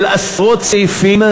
של עשרות סעיפים,